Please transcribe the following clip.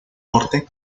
norte